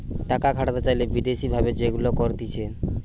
টাকা খাটাতে চাইলে বিদেশি ভাবে যেগুলা করতিছে